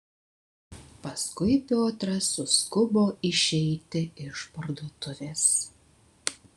paskui piotras suskubo išeiti iš parduotuvės